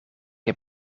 heb